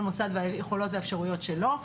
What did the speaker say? כל מוסד והיכולות והאפשרויות שלו.